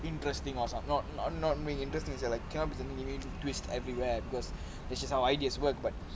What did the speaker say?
interesting or not not not very interesting is say like comes a new twist everywhere because this just how ideas work but